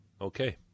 Okay